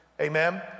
amen